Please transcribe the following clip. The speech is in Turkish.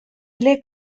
ile